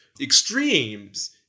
extremes